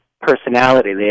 personality